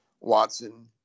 Watson